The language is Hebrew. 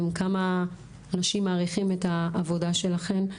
כמה אנשים מעריכים את העבודה שלכם.